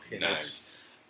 Nice